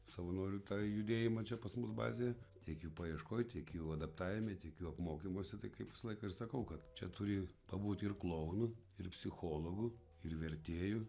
savanorių tą judėjimą čia pas mus bazėje tiek jų paieškoj tiek jų adaptavime tiek jų apmokymuose tai kaip visą laiką ir sakau kad čia turi pabūti ir klounu ir psichologu ir vertėju